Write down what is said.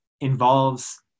involves